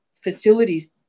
facilities